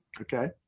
okay